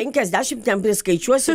penkiasdešimt ten priskaičiuosiu